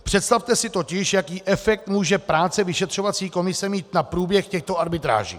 Představte si totiž, jaký efekt může práce vyšetřovací komise mít na průběh těchto arbitráží!